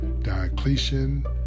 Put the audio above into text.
Diocletian